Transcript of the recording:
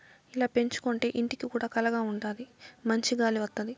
ఇలా పెంచుకోంటే ఇంటికి కూడా కళగా ఉంటాది మంచి గాలి వత్తది